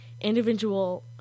individual